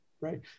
right